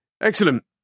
Excellent